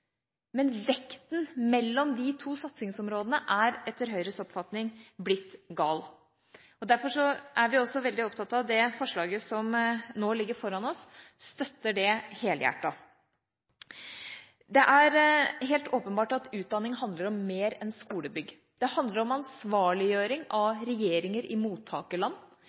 men vekten mellom de to satsingsområdene er etter Høyres oppfatning blitt gal. Derfor er vi også veldig opptatt av det forslaget som ligger foran oss, og støtter det helhjertet. Det er helt åpenbart at utdanning handler om mer enn skolebygg. Det handler om ansvarliggjøring av regjeringer i mottakerland,